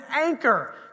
anchor